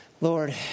Lord